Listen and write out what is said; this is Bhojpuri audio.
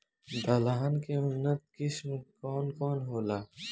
दलहन के उन्नत किस्म कौन कौनहोला?